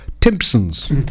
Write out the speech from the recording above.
Timpson's